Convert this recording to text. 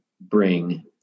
bring